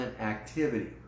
activity